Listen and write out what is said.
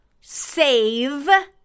Save